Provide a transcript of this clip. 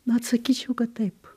na atsakyčiau kad taip